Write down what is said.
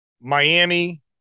Miami